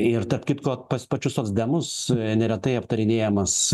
ir tarp kitko pas pačius socdemus neretai aptarinėjamas